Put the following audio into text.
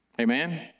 Amen